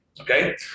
Okay